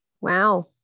Wow